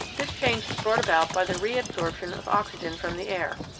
this change is brought about by the reabsorption of oxygen from the air.